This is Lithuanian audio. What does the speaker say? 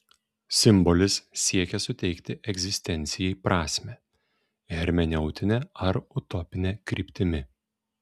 simbolis siekia suteikti egzistencijai prasmę hermeneutine ar utopine kryptimi